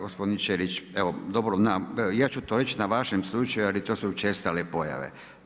Gospodin Ćelić, evo dobro ja ću to reći na vašem slučaju ali to su učestale pojave.